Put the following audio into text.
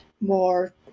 more